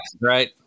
right